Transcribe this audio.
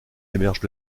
héberge